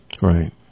Right